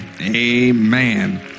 Amen